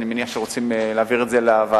אני מניח שהם רוצים להעביר את זה לוועדה,